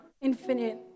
infinite